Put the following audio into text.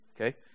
okay